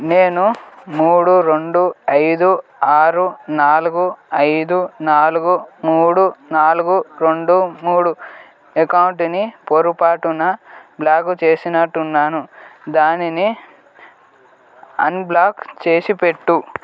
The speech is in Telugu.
నేను మూడు రెండు ఐదు ఆరు నాలుగు ఐదు నాలుగు మూడు నాలుగు రెండు మూడు అకౌంటుని పొరపాటున బ్లాక్ చేసినట్టున్నాను దానిని అన్బ్లాక్ చేసిపెట్టు